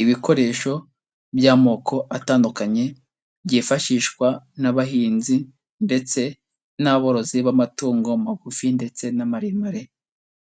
Ibikoresho by'amoko atandukanye byifashishwa n'abahinzi ndetse n'aborozi b'amatungo magufi ndetse n'amaremare,